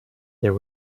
there